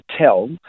tell